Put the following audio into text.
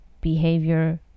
behavior